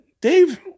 Dave